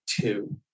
two